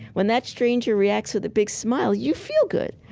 when that stranger reacts with a big smile, you feel good.